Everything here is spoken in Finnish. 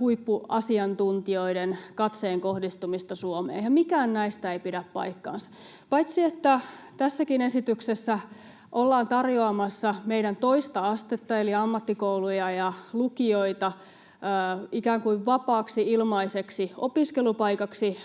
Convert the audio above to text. huippuasiantuntijoiden katseen kohdistumista Suomeen, ja mikään näistä ei pidä paikkaansa. Paitsi että tässäkin esityksessä ollaan tarjoa-massa meidän toista astetta, eli ammattikouluja ja lukioita, ikään kuin vapaaksi, ilmaiseksi opiskelupaikaksi